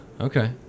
Okay